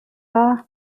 war